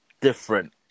different